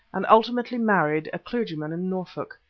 and ultimately married a clergyman in norfolk.